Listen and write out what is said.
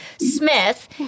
Smith